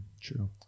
True